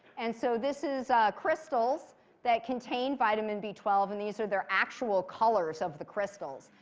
and so this is crystals that contain vitamin b twelve. and these are their actual colors of the crystals.